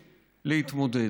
להתמודד.